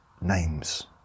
names